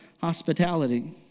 hospitality